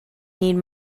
need